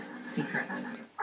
secrets